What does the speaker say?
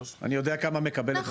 אני יודע כמה מקבלת רשות מקומית,